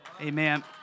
amen